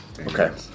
Okay